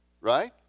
right